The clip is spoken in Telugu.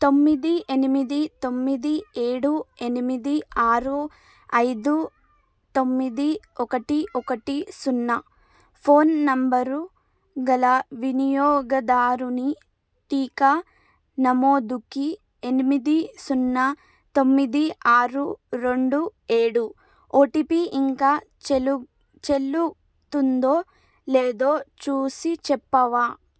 తొమ్మిది ఎనిమిది తొమ్మిది ఏడు ఎనిమిది ఆరు ఐదు తొమ్మిది ఒకటి ఒకటి సున్నా ఫోన్ నెంబరుగల వినియోగదారుని టీకా నమోదుకి ఎనిమిది సున్నా తొమ్మిది ఆరు రెండు ఏడు ఓటీపీ ఇంకా చెల్లు చెల్లుతుందో లేదో చూసి చెప్పవా